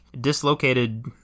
dislocated